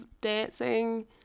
dancing